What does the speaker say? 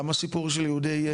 גם הסיפור של יהודי,